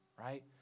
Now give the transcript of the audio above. right